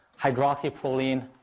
hydroxyproline